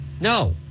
No